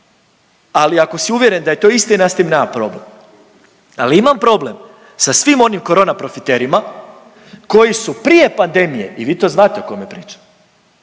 ali ako si uvjeren da je to istina ja s tim nema problem, ali imam problem sa svim onim korona profiterima koji su prije pandemije i vi to znate o kome pričam,